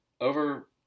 over